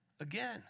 again